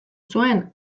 zuen